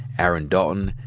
aaron dalton,